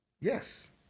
yes